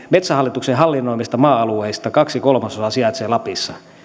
metsähallituksen hallinnoimista maa alueista kaksi kolmasosaa sijaitsee lapissa